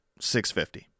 650